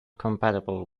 compatible